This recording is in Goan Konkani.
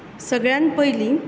सगळ्यान पयलीं